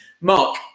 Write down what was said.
Mark